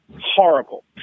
horrible